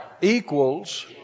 equals